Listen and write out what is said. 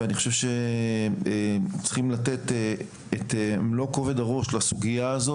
ואני חושב שצריכים לתת את מלוא כובד הראש לסוגיה הזאת.